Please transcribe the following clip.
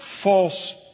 false